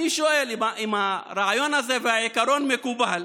אני שואל, אם הרעיון והעיקרון הזה מקובל,